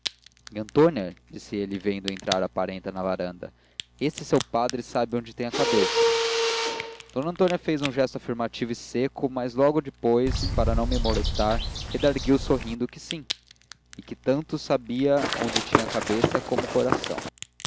militar nhãtônia disse ele vendo entrar a parenta na varanda este seu padre sabe onde tem a cabeça d antônia fez um gesto afirmativo e seco mas logo depois para me não molestar redargüiu sorrindo que sim que tanto sabia onde tinha a cabeça como o coração